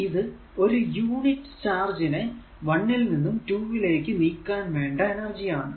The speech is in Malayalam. ഇത് ഒരു യൂണിറ്റ് ചാർജ് നെ 1 ൽ നിന്നും 2 ലേക്ക് നീക്കാൻ വേണ്ട എനർജി ആണ്